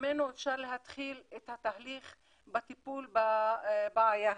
שממנו אפשר להתחיל את התהליך בטיפול בבעיה הזאת.